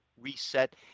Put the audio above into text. Reset